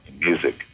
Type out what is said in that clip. music